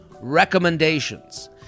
Recommendations